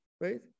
right